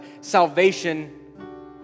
salvation